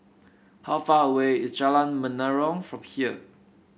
how far away is Jalan Menarong from here